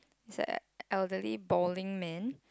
it's like uh elderly balding man